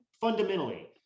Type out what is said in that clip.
fundamentally